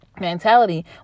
mentality